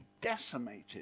decimated